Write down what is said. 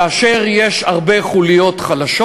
כאשר יש הרבה חוליות חלשות,